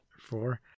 Four